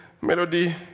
Melody